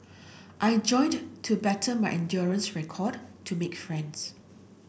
I joined to better my endurance record to make friends